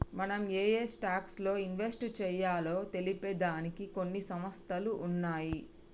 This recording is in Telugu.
మనం ఏయే స్టాక్స్ లో ఇన్వెస్ట్ చెయ్యాలో తెలిపే దానికి కొన్ని సంస్థలు ఉన్నయ్యి